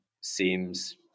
seems